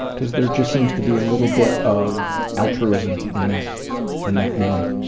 cause there just seems to be a little bit of altruism in that and that name.